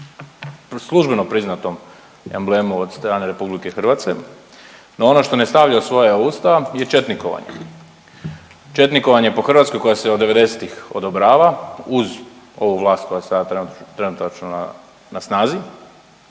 službeno priznatom amblemu od strane RH. No, ono što ne stavlja u svoja usta je četnikovanje. Četnikovanje po Hrvatskoj koja se od '90.-ih odobrava uz ovu vlast koja je sada trenutačno na snazi.